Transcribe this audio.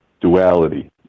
duality